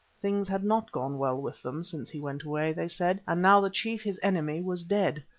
things had not gone well with them since he went away, they said, and now the chief, his enemy, was dead.